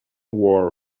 wore